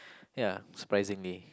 ya surprisingly